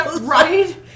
Right